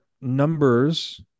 numbers